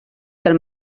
del